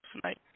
tonight